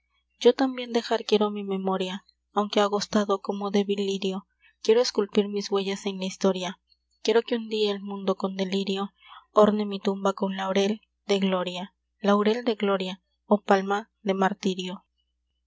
yo tambien dejar quiero mi memoria aunque agostado como débil lirio quiero esculpir mis huellas en la historia quiero que un dia el mundo con delirio orne mi tumba con laurel de gloria laurel de gloria ó palma de martirio